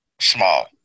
small